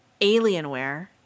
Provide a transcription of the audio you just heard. Alienware